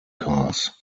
cars